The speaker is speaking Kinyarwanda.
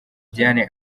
diane